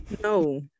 No